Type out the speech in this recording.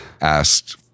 asked